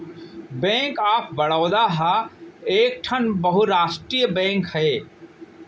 bank of Baroda ह एकठन बहुरास्टीय भारतीय बेंक हे